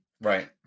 right